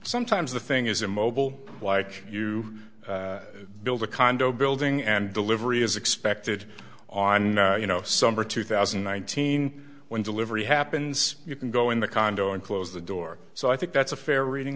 sometimes the thing as a mobile like you build a condo building and delivery is expected on you know summer two thousand and nineteen when delivery happens you can go in the condo and close the door so i think that's a fair reading